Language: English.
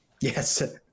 Yes